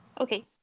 Okay